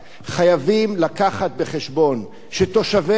חייבים להביא בחשבון שתושבי העיר